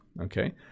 okay